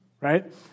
Right